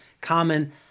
common